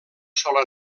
sola